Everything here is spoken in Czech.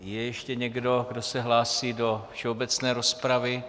Je ještě někdo, kdo se hlásí do všeobecné rozpravy?